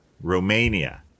Romania